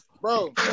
bro